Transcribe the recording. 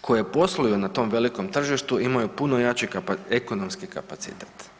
koje posluju na tom velikom tržištu imaju puno jači ekonomski kapacitet.